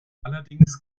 allerdings